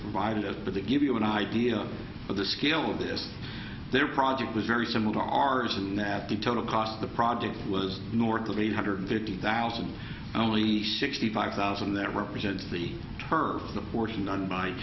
provided but to give you an idea of the scale of this their project was very similar to ours in that the total cost of the project was north of eight hundred fifty thousand only sixty five thousand that represents the first abortion done by